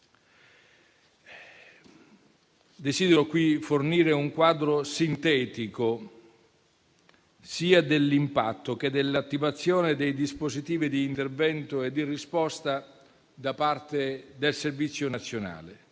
Desidero qui fornire un quadro sintetico sia dell'impatto sia dell'attivazione dei dispositivi di intervento e di risposta da parte del Servizio nazionale,